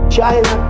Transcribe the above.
China